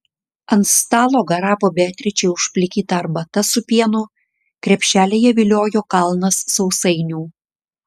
ant stalo garavo beatričei užplikyta arbata su pienu krepšelyje viliojo kalnas sausainių